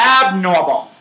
abnormal